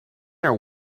are